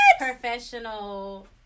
professional